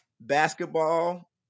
basketball